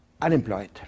unemployed